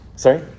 Sorry